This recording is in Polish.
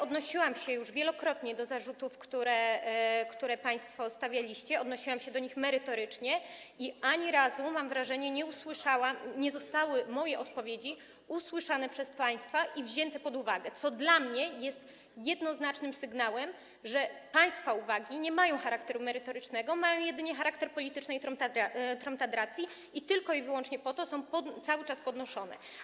Odnosiłam się już wielokrotnie do zarzutów, które państwo stawialiście, odnosiłam się do nich merytorycznie, i mam wrażenie, że ani razu nie zostały moje odpowiedzi usłyszane przez państwa i wzięte pod uwagę, co dla mnie jest jednoznacznym sygnałem, że państwa uwagi nie mają charakteru merytorycznego, mają jedynie charakter politycznej tromtadracji i tylko i wyłącznie po to są cały czas podnoszone.